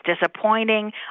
disappointing